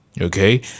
Okay